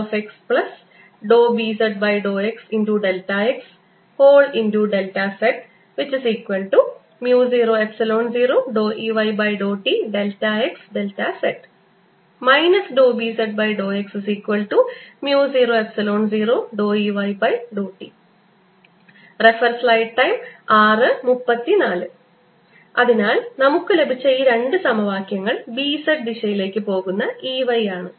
ds Bzxz BzxBz∂xxz00Ey∂txz Bz∂x00Ey∂t അതിനാൽ നമുക്ക് ലഭിച്ച രണ്ട് സമവാക്യങ്ങൾ B z ദിശയിലേക്ക് പോകുന്ന ഈ E y ആണ്